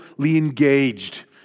engaged